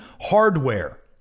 hardware